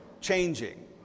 Changing